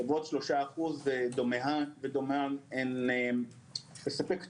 כמו שלושה אחוז ודּוֹמֶיהָ, הוא לספק תלושים.